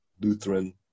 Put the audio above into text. Lutheran